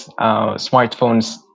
smartphones